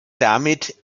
damit